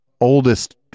oldest